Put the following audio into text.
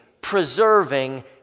preserving